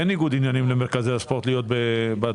אין ניגוד עניינים למרכזי הספורט להיות בזה,